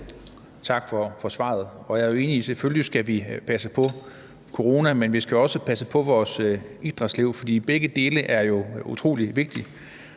Tak for svaret. Jeg er enig i, at vi selvfølgelig skal passe på i forhold til corona, men vi skal også passe på vores idrætsliv, for begge dele er jo utrolig vigtigt.